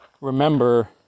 remember